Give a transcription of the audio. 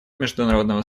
международного